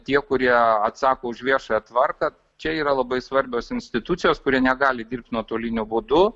tie kurie atsako už viešąją tvarką čia yra labai svarbios institucijos kurie negali dirbt nuotoliniu būdu